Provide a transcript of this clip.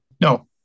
No